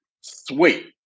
sweet